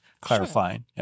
clarifying